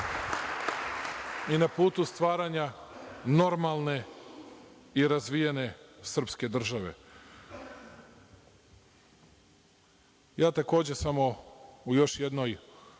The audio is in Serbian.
i na putu stvaranja normalne i razvijene srpske države. Ja, takođe, samo u još jednoj